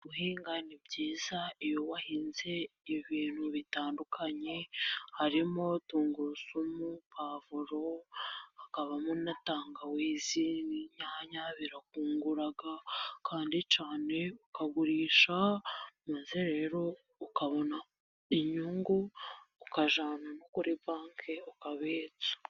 Guhinga ni byiza iyo wahinze ibintu bitandukanye harimo:tungurusumu, pavuro, hakabamo na tangawizi n'inyanya ,birakungura kandi cyane, ukagurisha maze rero ukabona inyungu ukajyana kuri banki ukabitsa.